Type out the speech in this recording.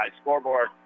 scoreboard